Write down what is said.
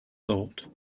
thought